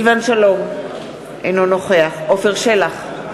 אינו נוכח עפר שלח,